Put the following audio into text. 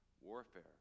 warfare